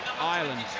Ireland